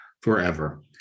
forever